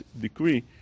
decree